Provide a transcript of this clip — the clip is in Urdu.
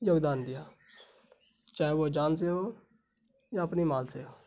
یوگدان دیا چاہے وہ جان سے ہو یا اپنے مال سے